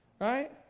right